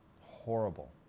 Horrible